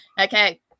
Okay